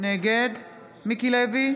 נגד מיקי לוי,